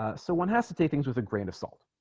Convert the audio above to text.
ah so one has to take things with a grain of salt